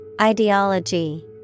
Ideology